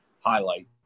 highlight